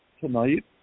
tonight